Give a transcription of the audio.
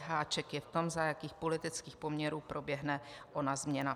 Háček je v tom, za jakých politických poměrů proběhne ona změna.